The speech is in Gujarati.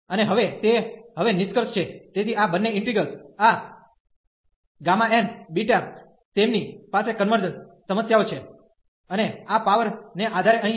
અને હવે તે હવે નિષ્કર્ષ છે તેથી આ બંને ઈન્ટિગ્રલ આ n બીટા તેમની પાસે કન્વર્જન્સ સમસ્યાઓ છે અને આ પાવર ને આધારે અહીં